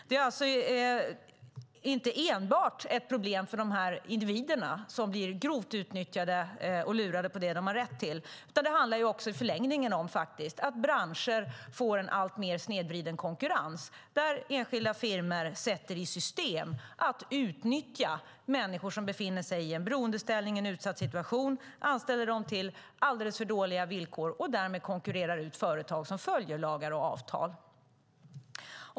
Det är inte enbart ett problem för de individer som blir grovt utnyttjade och lurade på det de har rätt till, utan det handlar i förlängningen om att branscher får en alltmer snedvriden konkurrens där enskilda firmor sätter i system att utnyttja människor som befinner sig i en beroendeställning och en utsatt situation, anställer dem till alldeles för dåliga villkor och därmed konkurrerar ut företag som följer lagar och avtal.